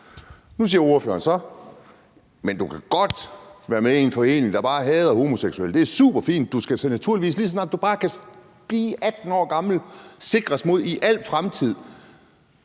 Nu siger ordføreren så: Men du kan godt være med i en forening, der bare hader homoseksuelle. Det er superfint. Du skal naturligvis, lige så snart du bare bliver 18 år gammel, sikres i al fremtid